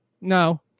No